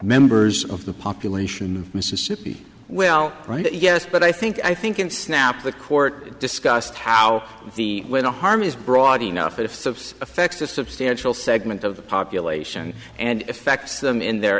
members of the population mississippi well yes but i think i think in snap the court discussed how the when the harm is broad enough that of effect a substantial segment of the population and affects them in their